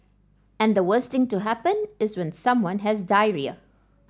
and the worst thing to happen is when someone has diarrhoea